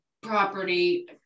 property